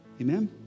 Amen